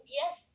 yes